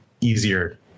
easier